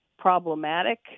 problematic